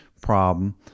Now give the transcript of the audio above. problem